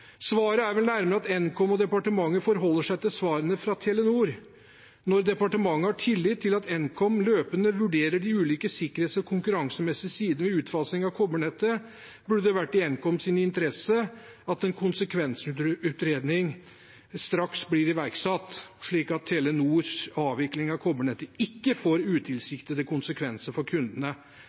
Svaret er vel nærmere at Nkom og departementet forholder seg til svarene fra Telenor. Når departementet har tillit til at Nkom løpende vurderer de ulike sikkerhets- og konkurransemessige sidene ved utfasing av kobbernettet, burde det ha vært i Nkoms interesse at en konsekvensutredning straks blir iverksatt, slik at Telenors avvikling av kobbernettet ikke får utilsiktede konsekvenser for kundene,